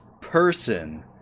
person